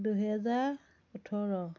দুহেজাৰ ওঠৰ